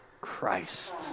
Christ